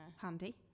handy